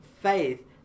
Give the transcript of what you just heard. faith